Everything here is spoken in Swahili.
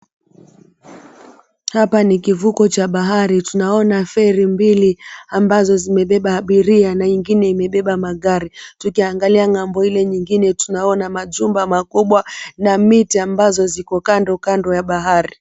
Hapa ni kivuko cha bahari, tunaona feri mbili ambazo zimebeba abiria na ingine imebeba magari. Tukiangalia ng'ambo ile nyingine tunaona majumba makubwa na miti ambazo ziko kando kando ya bahari.